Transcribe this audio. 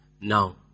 Now